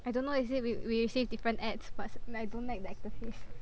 I don't know is it we we receive different ads but I don't like the actors please